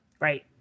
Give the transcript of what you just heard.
Right